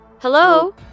Hello